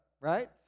Right